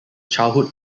childhood